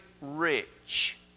rich